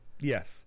Yes